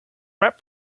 rap